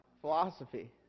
philosophy